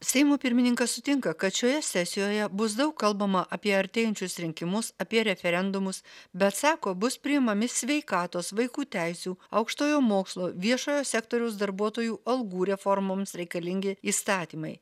seimo pirmininkas sutinka kad šioje sesijoje bus daug kalbama apie artėjančius rinkimus apie referendumus bet sako bus priimami sveikatos vaikų teisių aukštojo mokslo viešojo sektoriaus darbuotojų algų reformoms reikalingi įstatymai